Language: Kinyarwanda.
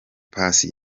paccy